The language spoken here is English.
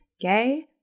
gay